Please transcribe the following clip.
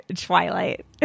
Twilight